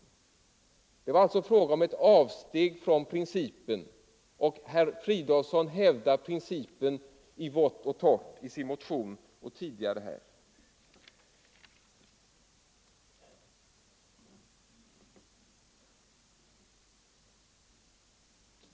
I det här fallet var det således fråga om ett avsteg från denna princip, men herr Fridolfsson håller fast vid sin stelbenta formulering i sin motion liksom här tidigare i dag.